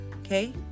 okay